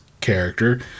character